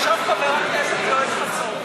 חשב חבר הכנסת יואל חסון,